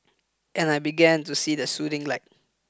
and I began to see the soothing light